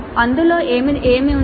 అందులో ఏమి ఉంది